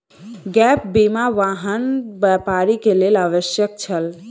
gap बीमा, वाहन व्यापारी के लेल आवश्यक छल